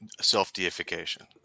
self-deification